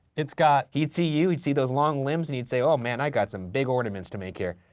it's got. he'd see you, he'd see those long limbs, and he'd say oh man i got some big ornaments to make here.